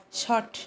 षट्